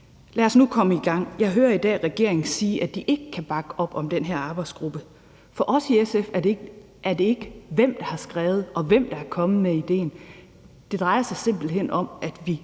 Lad os nu komme i gang. Jeg hører i dag regeringen sige, at de ikke kan bakke op om den her arbejdsgruppe. For os i SF handler det ikke om, hvem der har skrevet forslaget, og hvem der er kommet med idéen – det drejer sig simpelt hen om, at vi